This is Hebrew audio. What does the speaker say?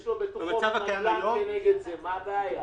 יש לו בטוחות נדל"ן כנגד זה, מה הבעיה?